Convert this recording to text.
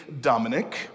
Dominic